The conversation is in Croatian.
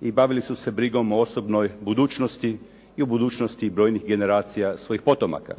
i bavili su se brigom o osobnoj budućnosti i o budućnosti brojnih generacija svojih potomaka.